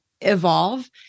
evolve